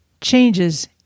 changes